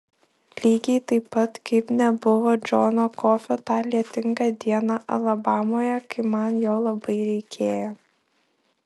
lygiai taip pat kaip nebuvo džono kofio tą lietingą dieną alabamoje kai man jo labai reikėjo